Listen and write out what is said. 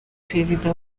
perezida